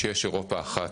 שיש אירופה אחת.